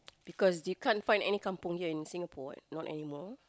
because you can't find any kampung here in Singapore not anymore